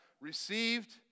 received